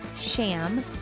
Sham